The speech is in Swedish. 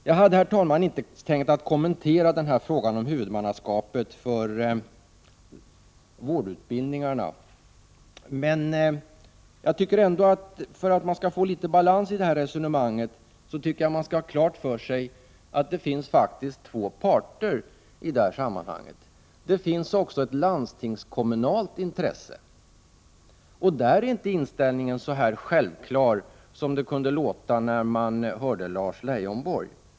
Jag hade, herr talman, inte tänkt kommentera frågan om huvudmannaskapet för vårdutbildningarna. Men för att åstadkomma litet balans i det här resonemanget vill jag klarlägga att det faktiskt finns två parter i detta sammanhang. Det finns nämligen också ett landstingskommunalt intresse. På det hållet är inställningen inte så självklar som det lät på Lars Leijonborg.